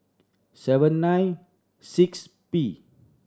seven nine six P